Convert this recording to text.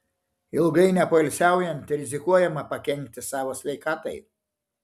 ilgai nepoilsiaujant rizikuojama pakenkti savo sveikatai